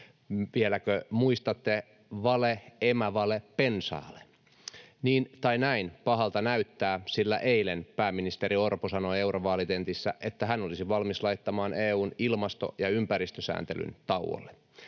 Vieläkö muistatte: vale, emävale, bensa-ale? Niin tai näin, pahalta näyttää, sillä eilen pääministeri Orpo sanoi eurovaalitentissä, että hän olisi valmis laittamaan EU:n ilmasto- ja ympäristösääntelyn tauolle